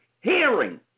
Hearing